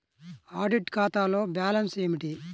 Audit ఖాతాలో balance ఏమిటీ?